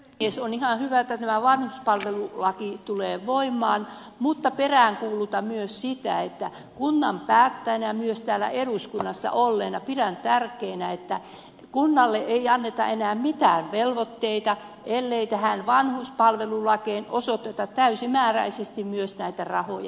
on ihan hyvä että tämä vanhuspalvelulaki tulee voimaan mutta peräänkuulutan myös sitä ja kunnan päättäjänä ja myös täällä eduskunnassa olevana pidän tärkeänä että kunnille ei anneta enää mitään velvoitteita ellei tähän vanhuspalvelulakiin osoiteta täysimääräisesti myös rahoja